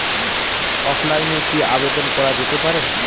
অফলাইনে কি আবেদন করা যেতে পারে?